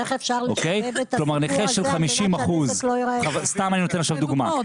סתם אני נותן עכשיו דוגמה.